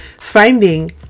finding